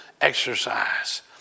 exercise